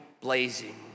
blazing